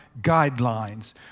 guidelines